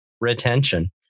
retention